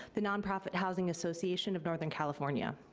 the nonprofit housing association of northern california.